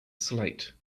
slate